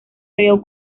reo